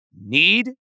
need